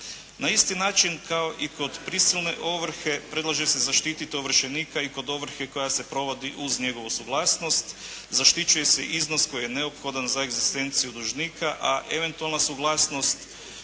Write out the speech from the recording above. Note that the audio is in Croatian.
Na isti način kao i kod prisilne ovrhe predlaže se zaštiti ovršenika i kod ovrhe koja sa provodi uz njegovu suglasnost, zaštićuje se iznos koji je neophodan za egzistenciju dužnika, a eventualna suglasnost